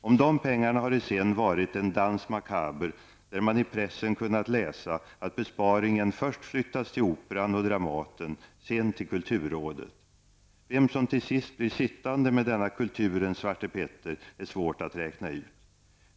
Om de pengarna har det sedan varit en danse macabre där man i pressen kunnat läsa att besparingen först flyttades till Operan och Dramaten. sedan till kulturrådet. Vem som till sist blir sittande med denna kulturens Svarte Petter är svårt att räkna ut.